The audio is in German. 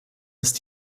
ist